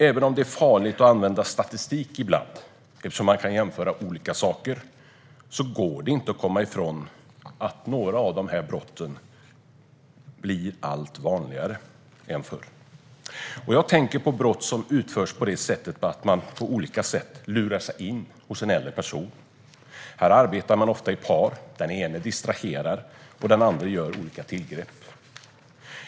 Även om det är farligt att använda statistik ibland, eftersom man kan jämföra olika saker, går det inte att komma ifrån att några av dessa brott blir vanligare än de var förr. Jag tänker på brott som utförs på ett sådant sätt att man på olika sätt lurar sig in hos en äldre person. Här arbetar man ofta i par, där den ene distraherar och den andre gör olika tillgrepp.